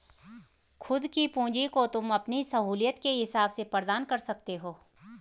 खुद की पूंजी को तुम अपनी सहूलियत के हिसाब से प्रदान कर सकते हो